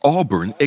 Auburn